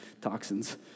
toxins